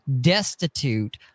destitute